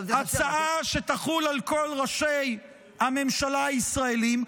הצעה שתחול על כל ראשי הממשלה הישראלים,